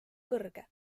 kõrge